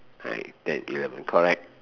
nine ten eleven correct